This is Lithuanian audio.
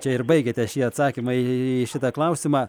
čia ir baigiate šį atsakymą į šitą klausimą